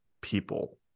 people